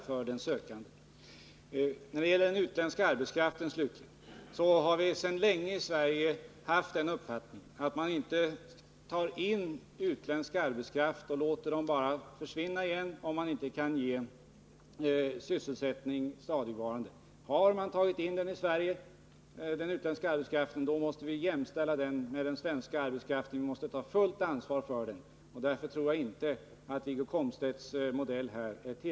När det slutligen gäller den utländska arbetskraften har vi sedan länge i Sverige haft den uppfattningen, att man inte skall ta in utländsk arbetskraft och bara låta den försvinna igen om man inte kan ge den stadigvarande sysselsättning. Har man tagit in utländsk arbetskraft i Sverige, måste vi jämställa den med den svenska och ta fullt ansvar för den. Därför tror jag inte Wiggo Komstedts modell här är möjlig.